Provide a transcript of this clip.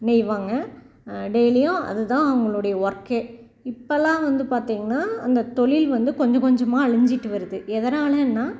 நெய்வாங்க டெய்லியும் அதுதான் அவங்களுடைய ஒர்க்கே இப்பெலாம் வந்து பார்த்தீங்கன்னா அந்த தொழில் வந்து கொஞ்சம் கொஞ்சமாக அழிஞ்சிட்டு வருது எதனாலன்னால்